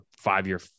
five-year